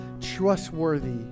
trustworthy